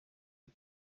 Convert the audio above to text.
ari